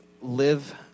live